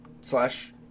slash